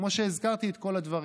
כמו שהזכרתי את כל הדברים,